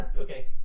Okay